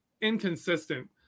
inconsistent –